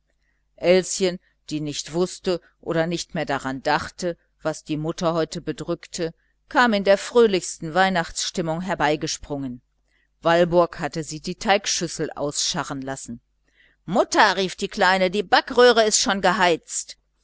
elschen die nicht wußte oder nimmer daran dachte was die mutter heute bedrückte kam in der fröhlichsten weihnachtsstimmung herbeigesprungen walburg hatte ihr die teigschüssel ausscharren lassen mutter rief die kleine die backröhre ist schon geheizt